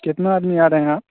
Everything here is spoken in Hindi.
कितना आदमी आ रहें हैं आप